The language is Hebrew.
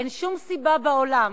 אין שום סיבה בעולם,